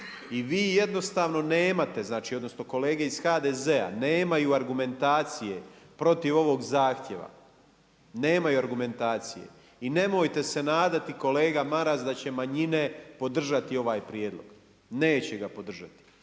Vi jednostavno nemate, znači odnosno kolege iz HDZ-a nemaju argumentacije protiv ovog zahtjeva, nemaju argumentacije. I nemojte se nadati kolega Maras da će manjine podržati ovaj prijedlog, neće ga podržati.